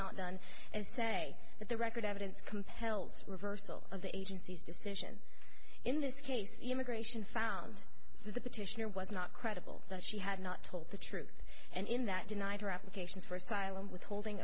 not done and say that the record evidence compels reversal of the agency's decision in this case immigration found that the petitioner was not credible that she had not told the truth and in that denied her applications for asylum withholding